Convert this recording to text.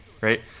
right